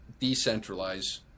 decentralize